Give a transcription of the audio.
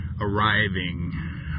arriving